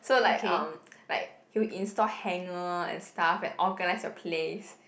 so like um like he will install hanger and stuff and organize the place